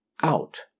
out